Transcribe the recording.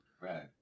Right